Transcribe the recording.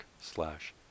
slash